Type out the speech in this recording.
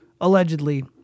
Allegedly